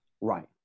Right